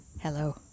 Hello